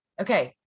Okay